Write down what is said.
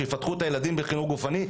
שיפתחו את הילדים בחינוך גופני?